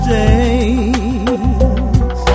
days